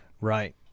Right